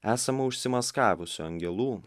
esama užsimaskavusių angelų